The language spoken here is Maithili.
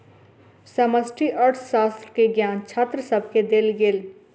समष्टि अर्थशास्त्र के ज्ञान छात्र सभके देल गेल